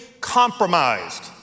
compromised